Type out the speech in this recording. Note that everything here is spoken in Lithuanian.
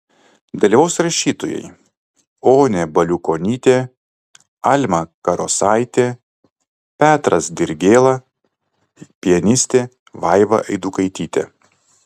dalyvaus rašytojai onė baliukonytė alma karosaitė petras dirgėla pianistė vaiva eidukaitytė